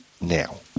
now